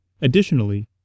Additionally